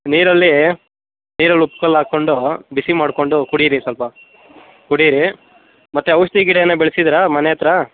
ನೀರಲ್ಲಿ ನೀರಲ್ಲಿ ಉಪ್ಪು ಕಲ್ಲು ಹಾಕೊಂಡು ಬಿಸಿ ಮಾಡಿಕೊಂಡು ಕುಡೀರಿ ಸ್ವಲ್ಪ ಕುಡೀರಿ ಮತ್ತೆ ಔಷಧಿ ಗಿಡ ಏನು ಬೆಳೆಸಿದ್ರ ಮನೆ ಹತ್ರ